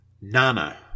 Nana